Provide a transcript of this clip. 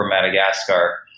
Madagascar